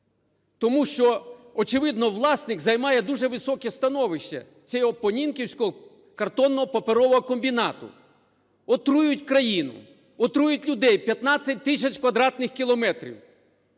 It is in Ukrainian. Тому що, очевидно, власник займає дуже високе становище цього Понінківського картонно-паперового комбінату. Отруюють країну, отруюють людей, 15 тисяч квадратних кілометрів.